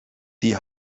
die